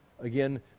Again